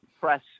press